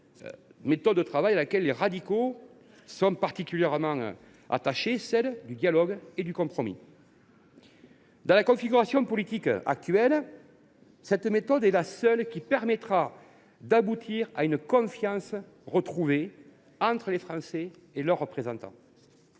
méthode de travail à laquelle les radicaux ont toujours été très attachés, celle du dialogue et du compromis. Dans la configuration politique actuelle, cette méthode est la seule qui permettra d’aboutir à une « confiance retrouvée » entre les Français et leurs représentants.